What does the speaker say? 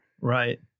right